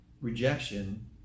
rejection